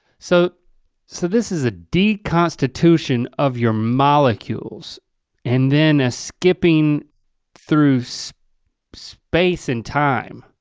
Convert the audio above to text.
so so this is a deep constitution of your molecules and then a skipping through so space and time.